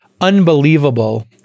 unbelievable